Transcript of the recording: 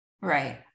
Right